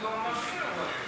זה מימוש עסקאות,